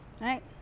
right